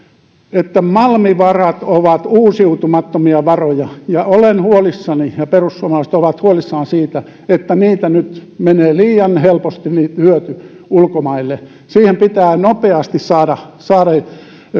että malmivarat ovat uusiutumattomia varoja ja olen huolissani ja perussuomalaiset ovat huolissaan siitä että niistä menee nyt liian helposti hyöty ulkomaille siihen pitää nopeasti saada saada